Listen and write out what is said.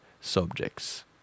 subjects